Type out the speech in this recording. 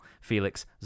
Felix